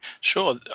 Sure